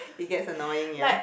it gets annoying ya